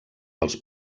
dels